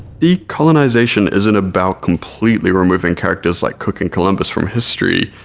decolonization isn't about completely removing characters like cook and columbus from history,